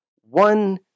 one